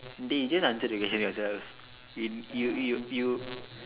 dey just answer the question yourself you you you you